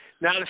Now